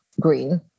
green